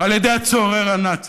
על ידי הצורר הנאצי.